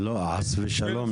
לא, חס ושלום...